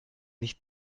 nicht